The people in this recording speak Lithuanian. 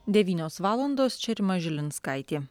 devynios valandos čia rima žilinskaitė